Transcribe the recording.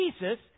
Jesus